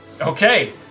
Okay